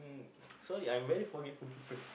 sorry I'm very forgetful people